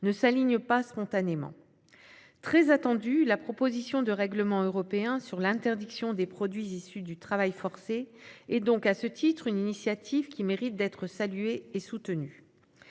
ne s'alignent pas spontanément. Très attendue, la proposition de règlement européen sur l'interdiction des produits issus du travail forcé est donc, à ce titre, une initiative qui mérite d'être saluée et soutenue.